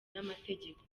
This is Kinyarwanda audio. n’amategeko